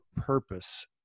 purpose